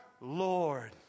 Lord